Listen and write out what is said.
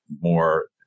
more